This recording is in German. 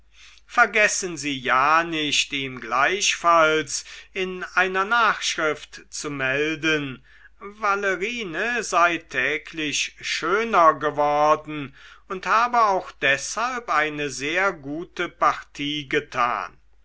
vergessen sie ja nicht ihm gleichfalls in einer nachschrift zu melden valerine sei täglich schöner geworden und habe auch deshalb eine sehr gute partie getan